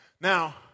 Now